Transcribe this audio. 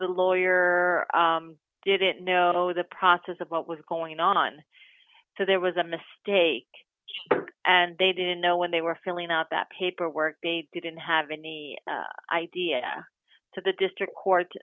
the lawyer didn't know the process of what was going on so there was a mistake and they didn't know when they were filling out that paperwork being didn't have any idea to the district court